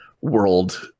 world